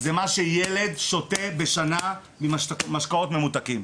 זה מה שילד שותה בשנה ממשקאות ממותקים.